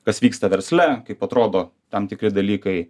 kas vyksta versle kaip atrodo tam tikri dalykai